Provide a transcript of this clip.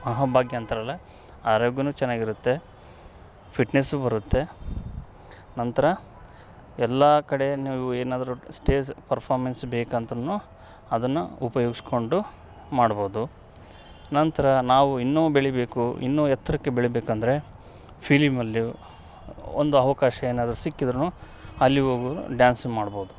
ಅಹಂ ಭಾಗ್ಯ ಅಂತಾರಲ್ಲ ಆರೋಗ್ಯ ಚೆನ್ನಾಗಿರುತ್ತೆ ಫಿಟ್ನೆಸ್ಸು ಬರುತ್ತೆ ನಂತರ ಎಲ್ಲ ಕಡೆನು ಏನಾದ್ರು ಸ್ಟೇಜ್ ಪರ್ಫಾಮೆನ್ಸ್ ಬೇಕಂತ ಅದನ್ನು ಉಪಯೋಗಿಸ್ಕೊಂಡು ಮಾಡ್ಬೋದು ನಂತರ ನಾವು ಇನ್ನು ಬೆಳಿಬೇಕು ಇನ್ನು ಎತ್ತರಕ್ಕೆ ಬೆಳಿ ಬೇಕಂದ್ರೆ ಫಿಲಿಮಲ್ಲಿಯೂ ಒಂದು ಅವಕಾಶ ಏನಾದ್ರು ಸಿಕ್ಕಿದ್ರು ಅಲ್ಲಿ ಹೋಗಿ ಡ್ಯಾನ್ಸ್ ಮಾಡ್ಬೋದು